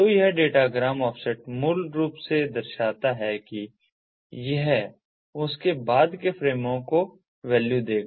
तो यह datagram offset मूल रूप से दर्शाता है कि यह उसके बाद के फ़्रेमों का वैल्यू देगा